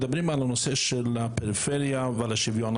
מדברים על הנושא של הפריפריה ועל השוויון,